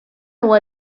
huwa